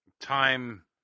time